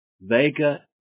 Vega